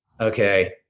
okay